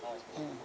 mm